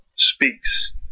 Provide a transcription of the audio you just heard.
speaks